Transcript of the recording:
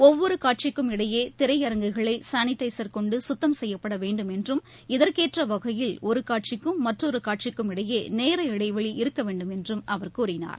ஒவ்வொருகாட்சிக்கும் இடையேதிரையரங்குகளைசானிடைசர் கொண்டுகத்தம் செய்யப்படவேண்டும் இதற்கேற்றவகையில் ஒருகாட்சிக்கும் மற்றொருகாட்சிக்கும் இடையேநேர இடைவெளி என்றம் இருக்கவேண்டும் என்றும் அவர் கூறினார்